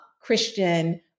Christian